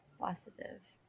Positive